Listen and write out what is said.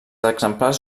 exemplars